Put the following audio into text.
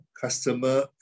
customer